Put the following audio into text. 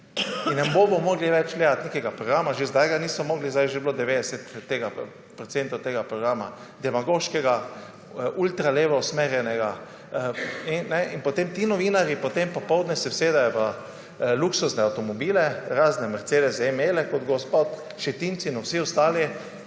ne bodo mogli več gledati nekega programa, že zdaj ga niso mogli, že zdaj je bilo 90 % tega programa demagoškega, ultra levo usmerjenega. Potem se ti novinarji popoldne usedejo v luksuzne avtomobile, razne mercedese ML, kot gospod Šetinc in vsi ostali.